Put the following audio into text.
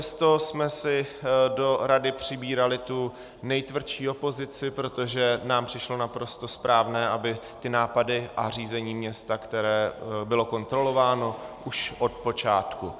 Přesto jsme si do rady přibírali tu nejtvrdší opozici, protože nám přišlo naprosto správné, aby nápady a řízení města, které bylo kontrolováno už od počátku.